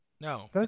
No